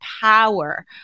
power